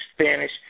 Spanish